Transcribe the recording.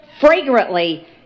fragrantly